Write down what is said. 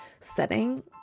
setting